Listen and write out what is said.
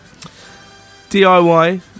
DIY